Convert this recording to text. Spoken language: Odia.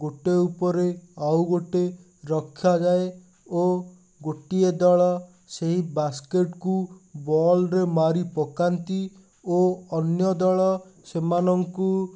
ଗୋଟେ ଉପରେ ଆଉ ଗୋଟେ ରଖାଯାଏ ଓ ଗୋଟିଏ ଦଳ ସେଇ ବାସ୍କେଟ୍ କୁ ବଲ୍ ରେ ମାରି ପକାନ୍ତି ଓ ଅନ୍ୟ ଦଳ ସେମାନଙ୍କୁ